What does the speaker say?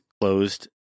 closed